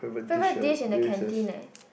favorite dish in the canteen leh